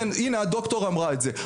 כן, הנה, הדוקטור אמרה את זה.